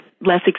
less